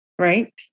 right